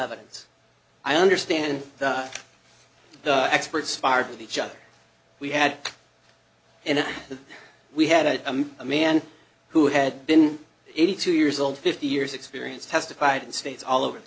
evidence i understand the expert sparred with each other we had and we had a man who had been eighty two years old fifty years experience testified in states all over the